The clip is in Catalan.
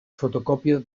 fotocòpia